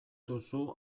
duzu